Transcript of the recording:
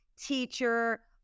teacher